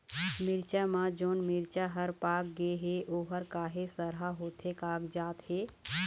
मिरचा म जोन मिरचा हर पाक गे हे ओहर काहे सरहा होथे कागजात हे?